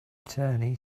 attorney